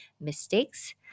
mistakes